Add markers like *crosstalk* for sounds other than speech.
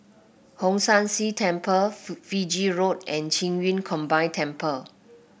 Hong San See Temple *unintelligible* Fiji Road and Qing Yun Combined Temple